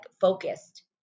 focused